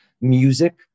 music